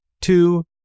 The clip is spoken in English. two